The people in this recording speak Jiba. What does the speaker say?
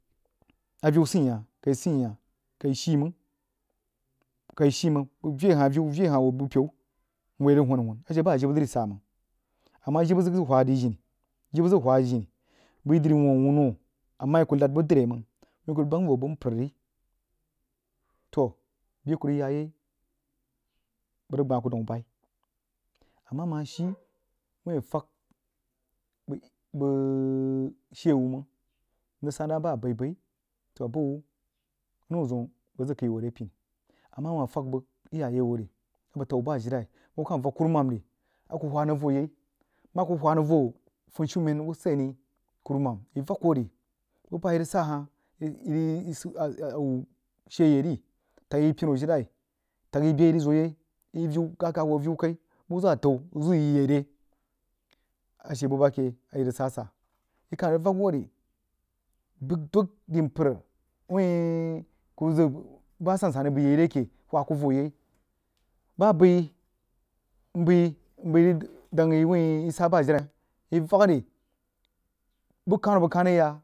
A viu sei hah kai sie hah kai shii mang kai shi mang bəg vii hah aviu bəg vii hah ho bupeu nhoo ya rig huu a hunu a she bah a jibə ləri sa anag ama jibə zəg uha diri jini jibə zəg wha jini bəi dri wuh awuno ama yi kuh lad bəg dre mang wuin kuh rig bang voh a bəg npər ri to bəh a kuh rig ya yai bəg rig gbah kuh daun bei ama-ama shii whin a fag bəg shee wuh mang mrig sahh nah bah abai-bai toh buh woh a nou zəun bəg zəg kəi wuh are puni ama amah fag bəg iyaye wuh ri abəg tag wuh bi ajilai wuh kah vak kuruman ri a kuh wha nang vo yai nang a kuh uha nəng voh funshumen wuhseni kurumam yo vak kuh ri bubah yi rig sah wuh shee ye ri tag yi punu ajilai ta yi beh a yi rig zoa yai vi viu gahgah hoo aviu la’a muh zəg atau wuh zəg yi ye re a she bubah keh a yi rig jahsah yi kah rig vak wuh ri bəg dug mpər waln kuh zəg bah asan-san rig bəi yi re keh ula kuh voh yai bah bəi mbəi nbəi rig dəg dang yi whi yi sas bah ajilai yi vak ri buh kanu a bəg kan rig yaa.